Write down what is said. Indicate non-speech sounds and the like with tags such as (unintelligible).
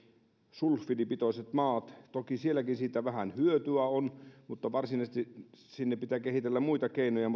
sulfidipitoiset maat toki sielläkin siitä vähän hyötyä on mutta varsinaisesti sinne pitää kehitellä muita keinoja (unintelligible)